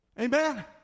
Amen